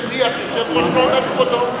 מי שמדיח יושב-ראש לא אומר "כבודו".